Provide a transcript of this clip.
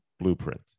blueprint